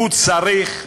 הוא צריך,